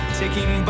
taking